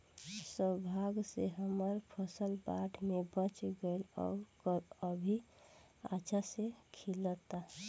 सौभाग्य से हमर फसल बाढ़ में बच गइल आउर अभी अच्छा से खिलता